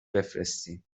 بفرستین